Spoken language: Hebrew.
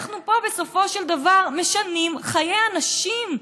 ואנחנו פה בסופו של דבר משנים חיי אנשים,